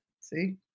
see